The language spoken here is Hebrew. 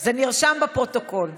זה נרשם בפרוטוקול.